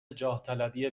جاهطلبی